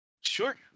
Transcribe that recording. Sure